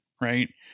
right